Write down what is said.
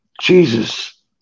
Jesus